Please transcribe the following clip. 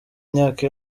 myaka